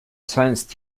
science